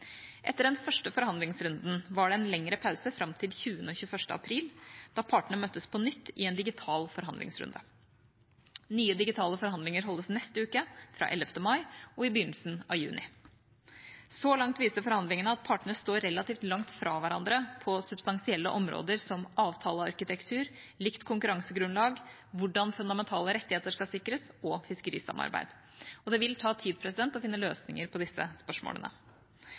Etter den første forhandlingsrunden var det en lengre pause fram til 20.–21. april, da partene møttes på nytt i en digital forhandlingsrunde. Nye digitale forhandlinger holdes neste uke, fra 11. mai, og i begynnelsen av juni. Så langt viser forhandlingene at partene står relativt langt fra hverandre på substansielle områder som avtalearkitektur, likt konkurransegrunnlag, hvordan fundamentale rettigheter skal sikres, og fiskerisamarbeid. Det vil ta tid å finne løsninger på disse spørsmålene.